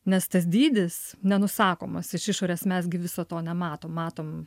nes tas dydis nenusakomas iš išorės mes gi viso to nematom matom